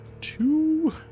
two